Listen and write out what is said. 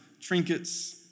trinkets